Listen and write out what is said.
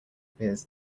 appears